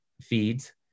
feeds